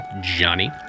Johnny